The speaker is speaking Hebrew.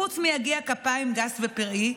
חוץ מיגיע כפיים גס ופראי,